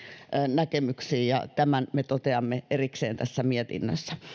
näkemyksiin ja tämän me toteamme erikseen mietinnössä